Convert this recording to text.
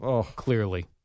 Clearly